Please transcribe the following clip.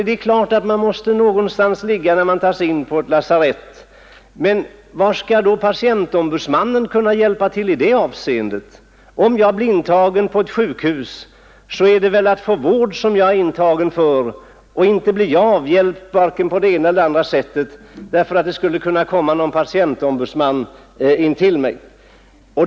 Det är klart att man någonstans måste ligga när man tas in på ett lasarett, men hur skall patientombudsmannen kunna hjälpa till i det avseendet? Om jag blir intagen på ett sjukhus är det väl för att få vård; och inte blir jag hjälpt på vare sig det ena eller andra sättet därför att en patientombudsman skulle komma och finnas intill mig.